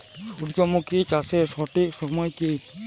সূর্যমুখী চাষের সঠিক সময় কি?